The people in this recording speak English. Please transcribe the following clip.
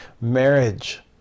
Marriage